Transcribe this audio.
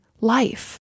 life